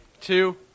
two